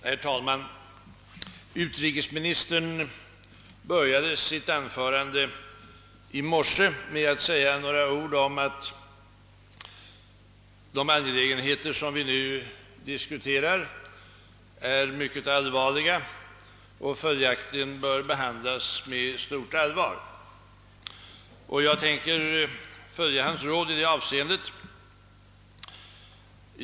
Herr talman! Utrikesministern började sitt anförande i morse med att säga några ord om att de angelägenheter som vi nu diskuterar är mycket allvarliga och följaktligen bör behandlas med stort allvar. Jag tänker följa hans råd i det avseendet.